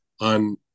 on